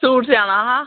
suit सेआना हा